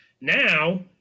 Now